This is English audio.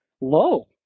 low